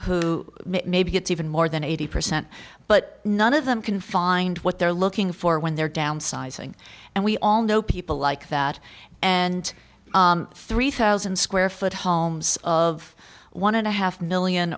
who maybe gets even more than eighty percent but none of them can find what they're looking for when they're downsizing and we all know people like that and three thousand dollars square foot homes of one and a half one million